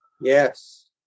Yes